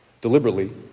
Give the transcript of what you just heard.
Deliberately